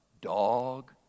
dog